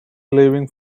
leaving